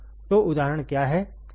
तो उदाहरण क्या है